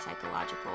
psychological